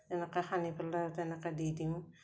এনেকৈ সানি পেলাই তেনেকৈ দি দিওঁ